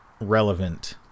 relevant